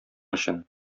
өчен